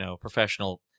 professional